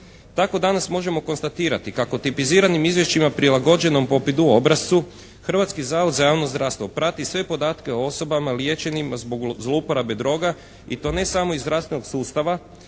Tako danas možemo konstatirati kako tipiziranim izvješćima prilagođenom popidu obrascu Hrvatski zavod za javno zdravstvo prati sve podatke o osobama liječenim zbog zlouporabe droga i to ne samo iz zdravstvenog sustava